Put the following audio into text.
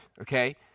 okay